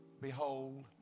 behold